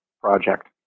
project